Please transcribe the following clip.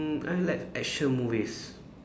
mm I like action movies